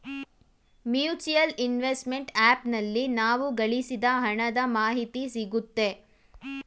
mutual investment app ನಲ್ಲಿ ನಾವು ಗಳಿಸಿದ ಹಣದ ಮಾಹಿತಿ ಸಿಗುತ್ತೆ